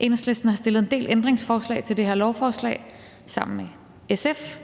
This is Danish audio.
Enhedslisten har stillet en del ændringsforslag til det her lovforslag sammen med SF,